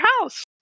house